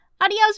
Adios